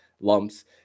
lumps